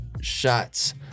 Shots